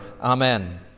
Amen